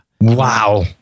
wow